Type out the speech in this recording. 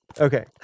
Okay